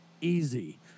easy